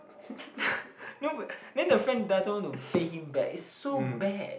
no but then the then the friend doesn't want to pay him back it's so bad